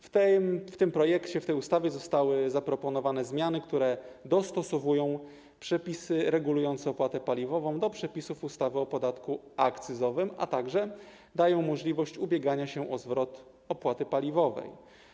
W tym projekcie, w tej ustawie zostały zaproponowane zmiany, które dostosowują przepisy regulujące opłatę paliwową do przepisów ustawy o podatku akcyzowym, a także dają możliwość ubiegania się o zwrot opłaty paliowej.